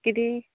कितें